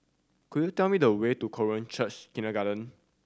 could you tell me the way to Korean Church Kindergarten